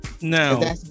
now